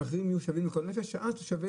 המחירים יהיו שווים לכל נפש שאלה שצריכים